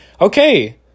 okay